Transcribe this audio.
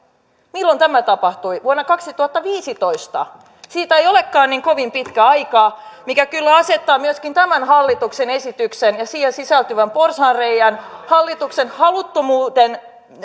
milloin tämä tapahtui vuonna kaksituhattaviisitoista siitä ei olekaan niin kovin pitkä aika mikä kyllä asettaa myöskin tämän hallituksen esityksen ja siihen sisältyvän porsaanreiän hallituksen haluttomuuden